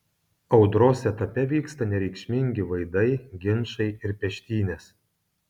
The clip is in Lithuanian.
audros etape vyksta nereikšmingi vaidai ginčai ir peštynės